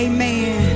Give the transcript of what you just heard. Amen